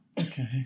Okay